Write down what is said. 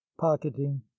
pocketing